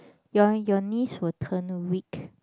your your knees will turn weak